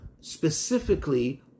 specifically